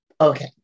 okay